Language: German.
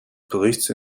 berichts